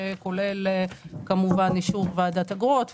שכולל כמובן אישור ועדת אגרות,